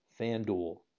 FanDuel